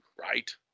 right